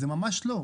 אז זה ממש לא,